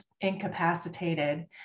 incapacitated